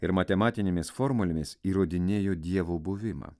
ir matematinėmis formulėmis įrodinėjo dievo buvimą